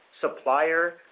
supplier